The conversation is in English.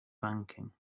banking